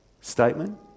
statement